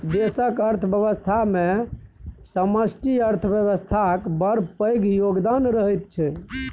देशक अर्थव्यवस्थामे समष्टि अर्थशास्त्रक बड़ पैघ योगदान रहैत छै